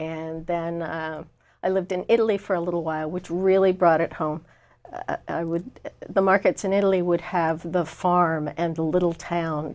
and then i lived in italy for a little while which really brought it home with the markets in italy would have the farm and the little town